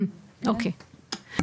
אוקיי.